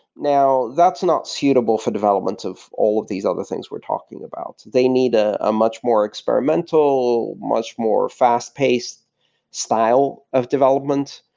now, that's not suitable for developments of all of these other things we're talking about. they need a ah much more experimental, much more fast-paced style of development,